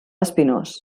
espinós